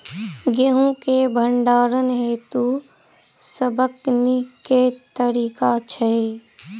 गेंहूँ केँ भण्डारण हेतु सबसँ नीक केँ तरीका छै?